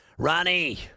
Ronnie